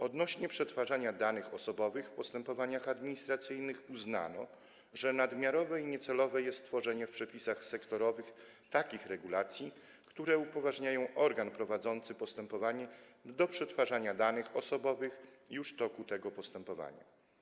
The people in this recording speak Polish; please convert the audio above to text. Odnośnie do przetwarzania danych osobowych w postępowaniach administracyjnych uznano, że nadmiarowe i niecelowe jest tworzenie w przepisach sektorowych takich regulacji, które upoważniają organ prowadzący postępowanie do przetwarzania danych osobowych już w toku tego postępowania.